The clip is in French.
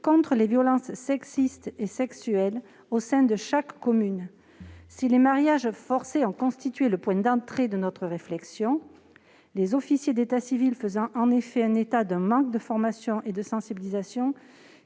contre les violences sexistes et sexuelles, au sein de chaque commune. Si les mariages forcés ont constitué le point de départ de notre réflexion, les officiers d'état civil ayant fait état d'un manque de formation et de sensibilisation